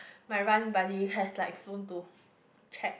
my run buddy has like flown to track